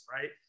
right